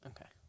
Okay